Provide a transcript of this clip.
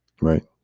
right